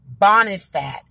bonifat